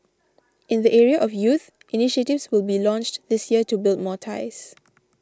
in the area of youth initiatives will be launched this year to build more ties